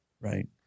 right